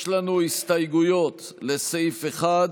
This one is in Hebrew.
יש לנו הסתייגויות לסעיף 1,